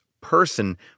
person—